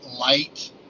light